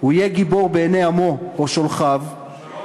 הוא יהיה גיבור בעיני עמו או שולחיו, שרון,